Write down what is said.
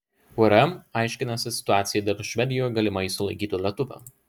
urm aiškinasi situaciją dėl švedijoje galimai sulaikyto lietuvio